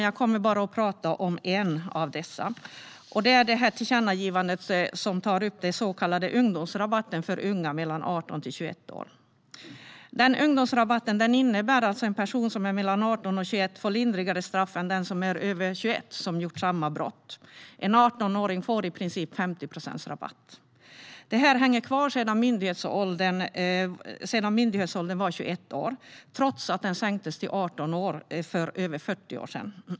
Jag kommer dock bara att tala om ett av dessa, och det handlar om tillkännagivandet om den så kallade ungdomsrabatten för unga mellan 18 och 21 år. Ungdomsrabatten innebär att en person som är mellan 18 och 21 får lindrigare straff än den som är över 21 och har gjort samma brott. En 18åring får i princip 50 procents rabatt. Detta hänger kvar sedan myndighetsåldern var 21 år, trots att den sänktes till 18 år för över 40 år sedan.